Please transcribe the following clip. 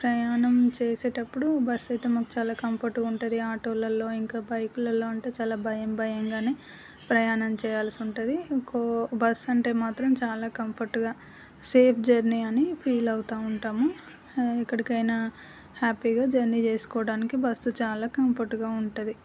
ప్రయాణం చేసేటప్పుడు బస్ అయితే మాకు చాలా కంఫర్ట్గా ఉంటుంది ఆటోలలో ఇంకా బైక్లలో చాలా భయం భయంగాప్రయాణం చేయాల్సి ఉంటుంది ఇంకో బస్సు అంటే మాత్రం చాలా కంఫర్ట్గా సేఫ్ జర్నీ అని ఫీల్ అవుతు ఉంటాము ఎక్కడికైనా హ్యాపీగా జర్నీ చేసుకోవడానికి బస్సు చాలా కంఫర్ట్గా ఉంటుంది